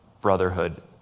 brotherhood